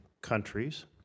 countries